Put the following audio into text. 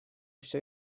все